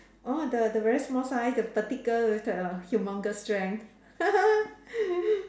orh the the the very small size the petite with the humongous strength